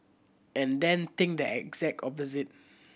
and then think the exact opposite